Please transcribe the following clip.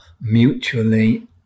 mutually